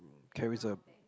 carries a